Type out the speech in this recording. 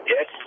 Yes